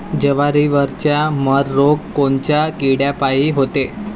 जवारीवरचा मर रोग कोनच्या किड्यापायी होते?